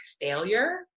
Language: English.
failure